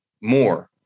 more